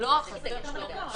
אין בזה באמת טעם מעשי,